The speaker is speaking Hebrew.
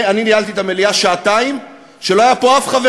אני ניהלתי את המליאה שעתיים, ולא היה פה אף חבר